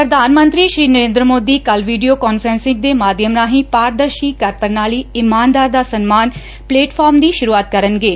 ਪੁਧਾਨ ਮੰਤਰੀ ਨਰੇਂਦਰ ਮੋਦੀ ਕੱਲ ਵੀਡੀਓ ਕਾਨਫਰੰਸਿੰਗ ਦੇ ਮਾਧਿਅਮ ਰਾਹੀਂ ਪਾਰਦਰਸ਼ੀ ਕਰ ਪੁਣਾਲੀ ਇਮਾਨਦਾਰ ਦਾ ਸਨਮਾਨ ਪਲੇਟਫਾਰਮ ਦੀ ਸੁਰੁਆਤ ਕਰਨਗੇ